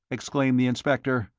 exclaimed the inspector.